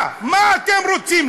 מה, מה אתם רוצים?